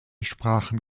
sprachen